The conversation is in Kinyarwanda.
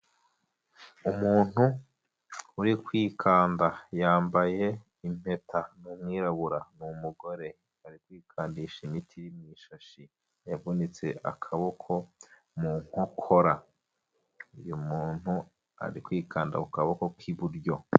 Umuntu uri kwikanda yambaye impeta n'umwirabura. N’umugore ari kwikandisha imiti mw’ishashi. Yavunitse akaboko mu nkokora. Uyu muntu ari kwikanda ku kaboko k'iburyo.